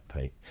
Pete